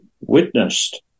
witnessed